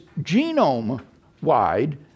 genome-wide